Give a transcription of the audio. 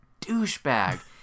douchebag